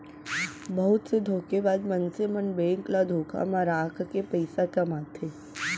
बहुत से धोखेबाज मनसे मन बेंक ल धोखा म राखके पइसा कमाथे